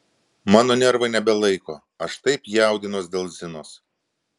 mano nervai nebelaiko aš taip jaudinuosi dėl zinos